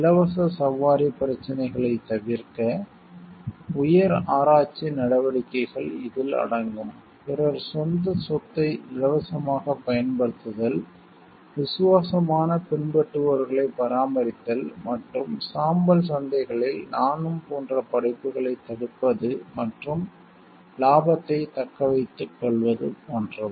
இலவச சவாரி பிரச்சனைகளை தவிர்க்க உயர் ஆராய்ச்சி நடவடிக்கைகள் இதில் அடங்கும் பிறர் சொந்தச் சொத்தை இலவசமாகப் பயன்படுத்துதல் விசுவாசமான பின்பற்றுபவர்களைப் பராமரித்தல் மற்றும் சாம்பல் சந்தைகளில் நானும் போன்ற படைப்புகளைத் தடுப்பது மற்றும் லாபத்தைத் தக்கவைத்துக்கொள்வது போன்றவை